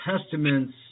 Testament's